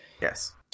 Yes